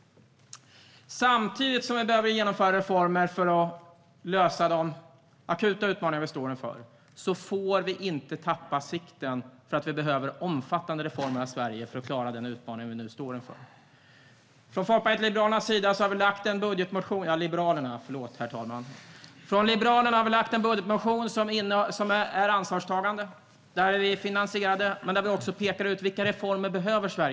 Samtidigt som vi behöver genomföra reformer för att lösa de akuta utmaningar vi står inför får vi inte tappa sikten, för vi behöver omfattande reformer av Sverige för att klara den utmaning vi nu står inför. Liberalerna har lagt fram en budgetmotion som är ansvarstagande och finansierad. Där pekar vi ut vilka reformer Sverige behöver.